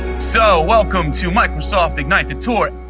so, welcome to microsoft ignite the tour,